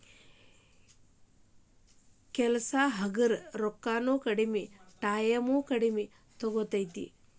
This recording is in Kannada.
ಕೆಲಸಾ ಹಗರ ರೊಕ್ಕಾನು ಕಡಮಿ ಟಾಯಮು ಕಡಮಿ ತುಗೊತತಿ